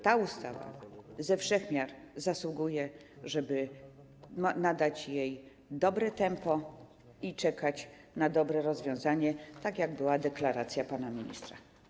Ta ustawa ze wszech miar zasługuje, żeby nadać jej dobre tempo i czekać na dobre rozwiązanie, a taka była deklaracja pana ministra.